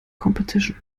competition